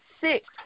six